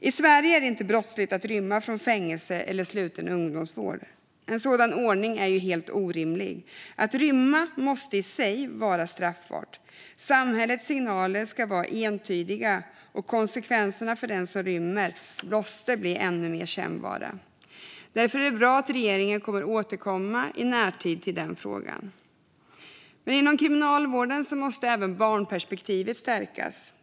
I Sverige är det inte brottsligt att rymma från fängelse eller sluten ungdomsvård. En sådan ordning är helt orimlig. Att rymma måste i sig vara straffbart. Samhällets signaler ska vara entydiga, och konsekvenserna för den som rymmer måste bli ännu mer kännbara. Därför är det bra att regeringen kommer att återkomma i närtid till den frågan. Inom kriminalvården måste även barnperspektivet stärkas.